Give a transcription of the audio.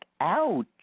ouch